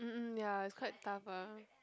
um um ya it's quite tough ah